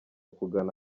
kugana